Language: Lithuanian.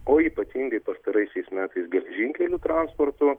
o ypatingai pastaraisiais metais geležinkelių transportu